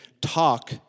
talk